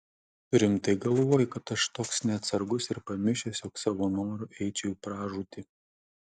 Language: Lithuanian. tu rimtai galvoji kad aš toks neatsargus ir pamišęs jog savo noru eičiau į pražūtį